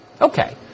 Okay